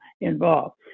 involved